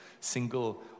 single